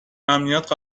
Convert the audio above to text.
امنیت